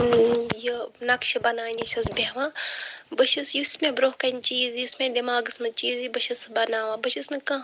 یہِ نقشہِ بناونہِ چھَس بیٚہوان بہٕ چھَس یُس مےٚ برٛونٛہہ کَنہِ چیٖز یُس مےٚ دِماغَس منٛز چیٖز یی بہٕ چھَس سُہ بناوان بہٕ چھَس نہٕ کانٛہہ